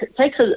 takes